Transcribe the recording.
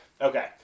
Okay